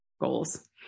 goals